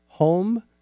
home